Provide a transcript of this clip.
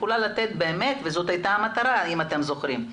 יכולה לתת באמת - זאת הייתה המטרה אם אתם זוכרים,